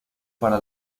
para